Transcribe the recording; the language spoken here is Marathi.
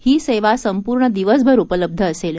ही सेवा संपूर्ण दिवसभर उपलब्ध असेल